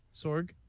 Sorg